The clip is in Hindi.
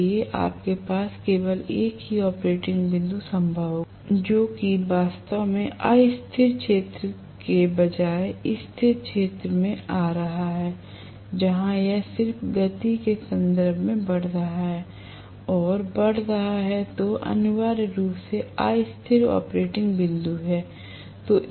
इसलिए आपके पास केवल एक ही ऑपरेटिंग बिंदु संभव होगा जो कि वास्तव में अस्थिर क्षेत्र के बजाय स्थिर क्षेत्र में आ रहा है जहां यह सिर्फ गति के संदर्भ में बढ़ रहा है और बढ़ रहा है जो अनिवार्य रूप से अस्थिर ऑपरेटिंग बिंदु है